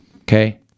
Okay